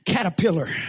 Caterpillar